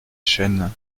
chênes